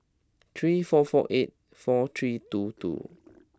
three four four eight four three two two